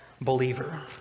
believer